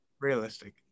Realistic